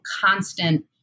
constant